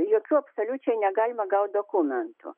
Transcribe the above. jokių absoliučiai negalima gaut dokumentų